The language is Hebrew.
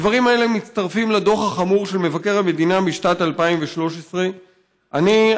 הדברים האלה מצטרפים לדוח החמור של מבקר המדינה משנת 2013. אני,